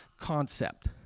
concept